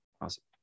Awesome